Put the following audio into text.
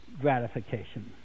gratification